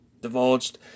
divulged